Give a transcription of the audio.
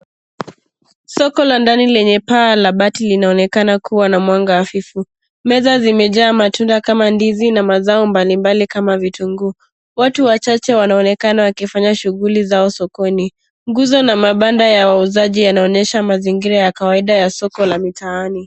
Soko la ndani lenye paa la bati linaonekana kuwa na mwanga hafifu. Meza zimejaa matunda kama ndizi na mazao mbalimbali kama vitunguu. Watu wachache wanaoonekana wakifanya shughuli zao sokoni. Nguzo na mabanda ya wauzaji yanaonyesha mazingira ya kawaida ya soko la mitaani.